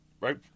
right